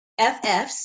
FFs